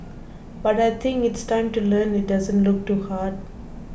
but I think it's time to learn it doesn't look too hard